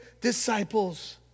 disciples